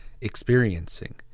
experiencing